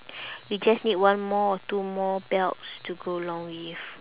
you just need one more or two more belts to go along with